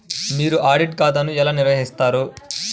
మీరు ఆడిట్ ఖాతాను ఎలా నిర్వహిస్తారు?